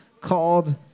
called